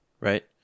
Right